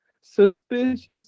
suspicious